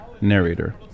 narrator